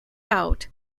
out